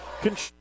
control